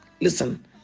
Listen